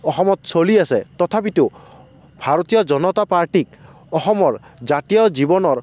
অসমত চলি আছে তথাপিতো ভাৰতীয় জনতা পাৰ্টীক অসমৰ জাতীয় জীৱনৰ